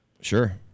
Sure